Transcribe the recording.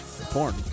porn